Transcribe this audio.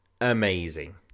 amazing